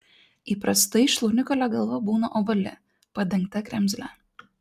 įprastai šlaunikaulio galva būna ovali padengta kremzle